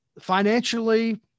financially